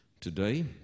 today